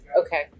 Okay